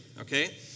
okay